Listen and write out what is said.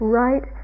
right